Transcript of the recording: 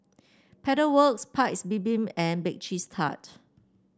Pedal Works Paik's Bibim and Bake Cheese Tart